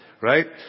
right